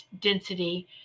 density